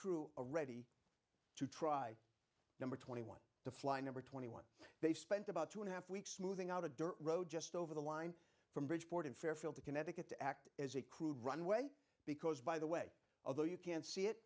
crew are ready to try number twenty one to fly number twenty one they spent about two and a half weeks moving out a dirt road just over the line from bridgeport in fairfield connecticut to act as a crude runway because by the way of those you can see it